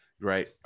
right